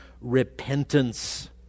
repentance